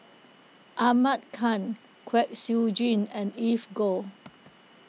Ahmad Khan Kwek Siew Jin and Evelyn Goh